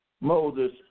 Moses